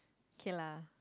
okay lah